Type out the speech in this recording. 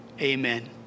Amen